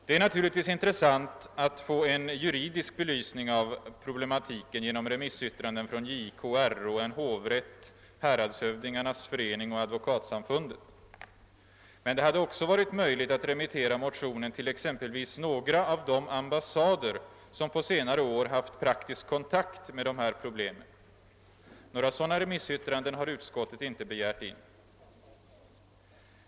Det är naturligtvis intressant att få en juridisk belysning av problematiken genom remissyttranden från JK, Rå, en hovrätt, häradshövdingarnas förening och Advokatsamfundet. — Men det hade också varit möjligt att remittera motionen till exempelvis några av de ambassader som på senare år haft praktisk kontakt med de här problemen. Några sådana remissyttranden har utskottet inte begärt in.